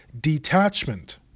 Detachment